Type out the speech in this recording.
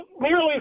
merely